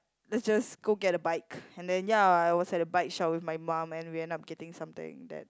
let's just go get a bike and then ya I was at the bike shop with my mom and we ended up getting something that